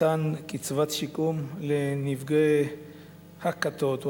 מתן קצבת שיקום לנפגעי הכָּתות או